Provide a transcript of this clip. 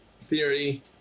Theory